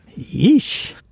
Yeesh